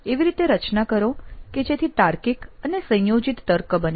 એવી રીતે રચના કરો કે જેથી તાર્કિક અને સંયોજિત તર્ક બને